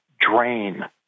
drain